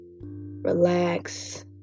relax